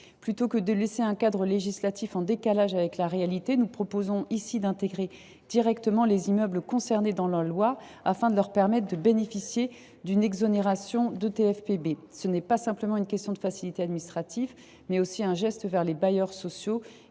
Plutôt que de maintenir un cadre législatif en décalage avec la réalité, il convient selon nous de faire figurer directement les immeubles concernés dans la loi, afin de leur permettre de bénéficier d’une exonération de TFPB. Il ne s’agit pas simplement d’une question de facilité administrative : c’est aussi un geste vers les bailleurs sociaux